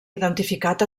identificat